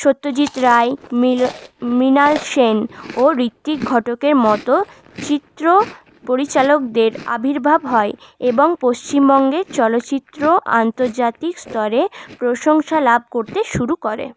সত্যজিৎ রায় মি মৃনাল সেন ও ঋত্বিক ঘটকের মতো চিত্র পরিচালকদের আবির্ভাব হয় এবং পশ্চিমবঙ্গে চলচ্চিত্র আন্তর্জাতিক স্তরে প্রশংসা লাভ করতে শুরু করে